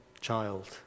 child